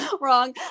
wrong